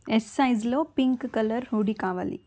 yes సైజ్లో pink colour hoodie కావాలి